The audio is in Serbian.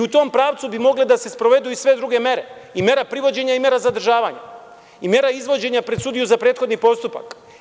U tom pravcu bi mogle da se sprovedu i sve druge mere i mera privođenja i mera zadržavanja i mera izvođenja pred sudiju za prethodni postupak.